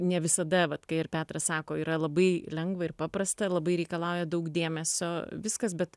ne visada vat kai ir petras sako yra labai lengva ir paprasta labai reikalauja daug dėmesio viskas bet